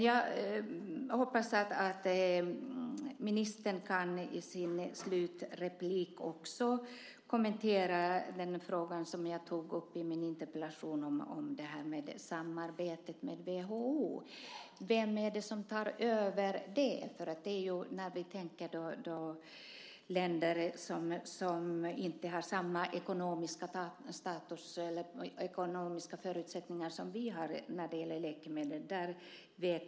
Jag hoppas att ministern i sin slutreplik också kan kommentera den fråga som jag tog upp i min interpellation om samarbetet med WHO. Vem är det som tar över det? Jag tänker på länder som inte har samma ekonomiska status eller ekonomiska förutsättningar som vi har när det gäller läkemedel.